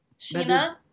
Sheena